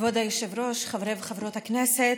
כבוד היושב-ראש, חברי וחברות הכנסת,